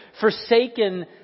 forsaken